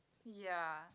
ya